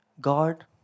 God